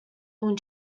اون